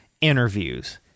interviews